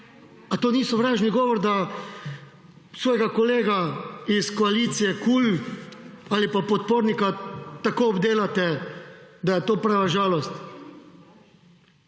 A to ni sovražni govor, da svojega kolega iz koalicije Kul ali pa podpornika, tako obdelate, da je to prava žalost?